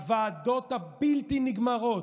הוועדות הבלתי-נגמרות,